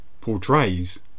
portrays